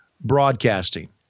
broadcasting